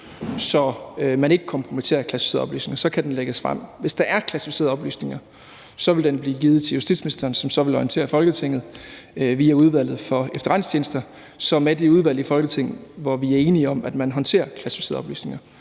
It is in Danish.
så man ikke kompromitterer klassificerede oplysninger, så kan den lægges frem. Hvis der er klassificerede oplysninger, vil den blive givet til justitsministeren, som så vil orientere Folketinget via Udvalget vedrørende Efterretningstjenesterne, som er det udvalg i Folketinget, hvor vi er enige om at man håndterer klassificerede oplysninger.